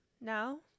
now